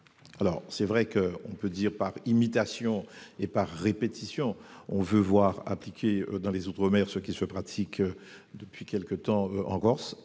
Certes, on peut dire que, par imitation et par répétition, on veut voir appliquer dans les outre-mer ce qui se pratique depuis quelque temps en Corse,